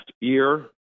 year